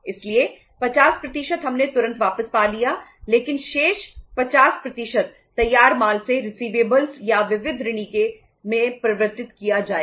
और जिसे डब्ल्यूआईपी या विविध ऋणी में परिवर्तित किया जाएगा